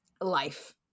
life